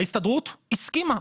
ההסתדרות הסכימה,